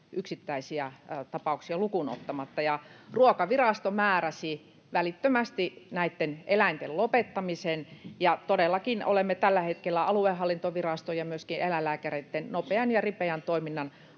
yksittäisiä tapauksia lukuun ottamatta. Ruokavirasto määräsi välittömästi näitten eläinten lopettamisen, ja todellakin olemme tällä hetkellä aluehallintoviraston ja myöskin eläinlääkäreitten nopean ja ripeän toiminnan